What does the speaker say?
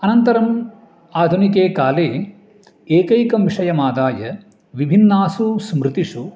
अनन्तरम् आधुनिके काले एकैकं विषयम् आदाय विभिन्नासु स्मृतिषु